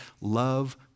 love